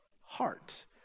heart